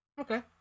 Okay